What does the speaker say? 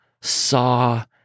saw